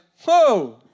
whoa